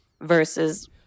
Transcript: versus